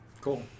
Cool